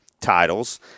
titles